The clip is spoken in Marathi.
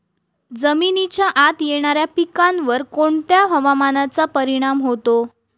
जमिनीच्या आत येणाऱ्या पिकांवर कोणत्या हवामानाचा परिणाम होतो?